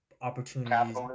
opportunities